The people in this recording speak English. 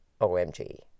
OMG